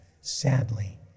sadly